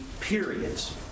periods